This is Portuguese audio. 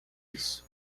isso